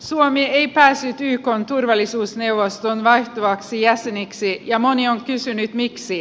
suomi ei päässyt ykn turvallisuusneuvoston vaihtuvaksi jäseneksi ja moni on kysynyt miksi